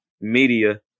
media